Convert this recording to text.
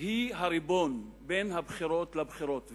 היא הריבון בין בחירות לבחירות,